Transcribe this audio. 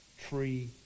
tree